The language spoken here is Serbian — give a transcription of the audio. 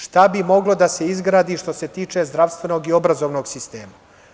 Šta bi moglo da se izgradi što se tiče zdravstvenog i obrazovnog sistema?